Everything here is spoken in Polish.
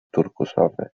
turkusowy